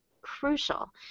crucial